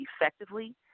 effectively